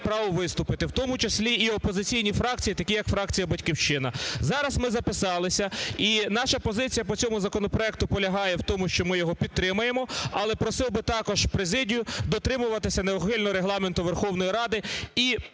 право виступити, в тому числі і опозиційні фракції, такі як фракція "Батьківщина". Зараз ми записалися, і наша позиція по цьому законопроекту полягає в тому, що ми його підтримуємо. Але просив би також президію дотримуватися неухильно Регламенту Верховної Ради і